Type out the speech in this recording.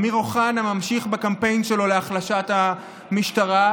אמיר אוחנה ממשיך בקמפיין שלו להחלשת המשטרה,